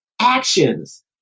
actions